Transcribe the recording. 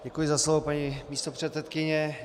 Děkuji za slovo paní místopředsedkyně.